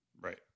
Right